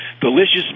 Delicious